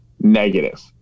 negative